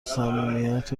صمیمیت